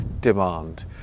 demand